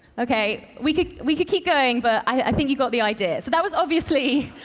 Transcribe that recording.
okay. we could we could keep going but i think you got the idea. so that was obviously